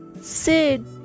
Sid